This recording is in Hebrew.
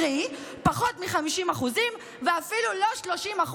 קרי פחות מ-50% ואפילו לא 30%,